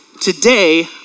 Today